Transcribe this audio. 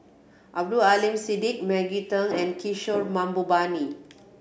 Abdul Aleem Siddique Maggie Teng and Kishore Mahbubani